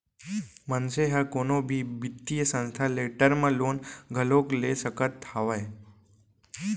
मनसे ह कोनो भी बित्तीय संस्था ले टर्म लोन घलोक ले सकत हावय